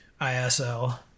ISL